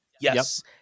Yes